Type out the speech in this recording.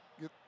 get